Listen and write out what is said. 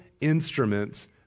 instruments